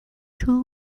two